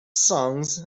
songs